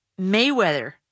Mayweather